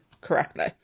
correctly